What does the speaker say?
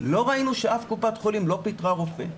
לא ראינו שקופת חולים מסוימת פיטרה רופא,